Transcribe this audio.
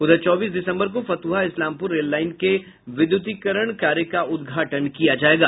उधर चौबीस दिसम्बर को फतुहा इस्लामपुर रेल लाईन के विद्युतीकरण कार्य का उद्घाटन किया जायेगा